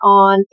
on